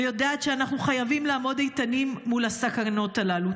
ויודעת שאנחנו חייבים לעמוד איתנים מול הסכנות הללו.